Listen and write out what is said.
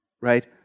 right